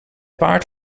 paard